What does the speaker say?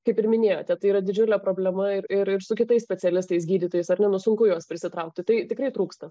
kaip ir minėjote tai yra didžiulė problema ir ir ir su kitais specialistais gydytojais ar ne nu sunku juos prisitraukti tai tikrai trūksta